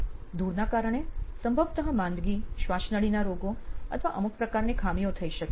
ધૂળના કારણે સંભવતઃ માંદગી શ્વાસનળીના રોગો અથવા અમુક પ્રકારની ખામીઓ થઇ શકે છે